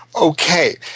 Okay